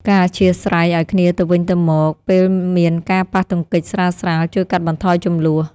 ការអធ្យាស្រ័យឱ្យគ្នាទៅវិញទៅមកពេលមានការប៉ះទង្គិចស្រាលៗជួយកាត់បន្ថយជម្លោះ។